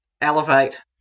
elevate